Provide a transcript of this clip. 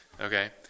Okay